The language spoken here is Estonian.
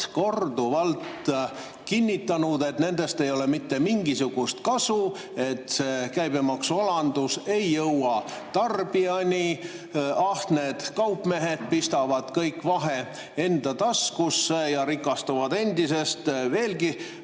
korduvalt kinnitanud, et nendest ei ole mitte mingisugust kasu, et käibemaksualandus ei jõua tarbijani, ahned kaupmehed pistavad kogu vahe enda taskusse ja rikastuvad endisest veelgi